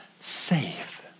safe